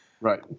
Right